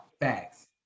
facts